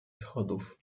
schodów